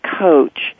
coach